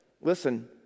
listen